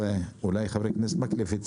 אולי חבר הכנסת מקלב ביניהם,